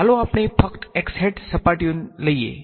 ચાલો આપણે ફક્ત x હેટ સપાટીઓની લઈએ